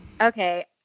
Okay